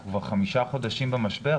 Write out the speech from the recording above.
אנחנו כבר חמישה חודשים במשבר.